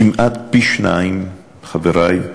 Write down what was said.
כמעט פי-שניים, חברי,